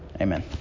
Amen